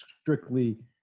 strictly